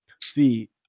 See